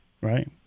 right